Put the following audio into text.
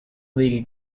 league